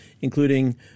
including